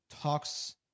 talks